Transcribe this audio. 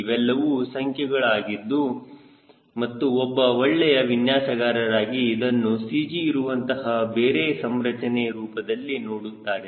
ಇವೆಲ್ಲವೂ ಸಂಖ್ಯೆಗಳ ಆಗಿದ್ದು ಮತ್ತು ಒಬ್ಬ ಒಳ್ಳೆಯ ವಿನ್ಯಾಸಕಾರರಾಗಿ ಇದನ್ನು CG ಇರುವಂತಹ ಬೇರೆ ಸಂರಚನೆ ರೂಪದಲ್ಲಿ ನೋಡುತ್ತಾರೆ